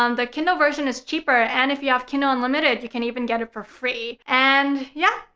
um the kindle version is cheaper. and, if you have kindle unlimited, you can even get it for free. and yeah,